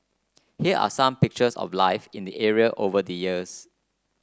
here are some pictures of life in the area over the years